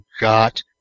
got